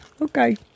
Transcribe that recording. Okay